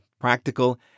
practical